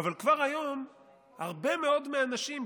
אבל כבר היום הרבה מאוד מהנשים,